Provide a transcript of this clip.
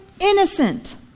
innocent